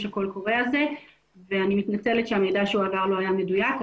הקול קורא ואני מתנצלת שהמידע שהועבר לא היה מדויק.